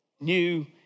new